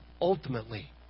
ultimately